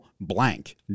blank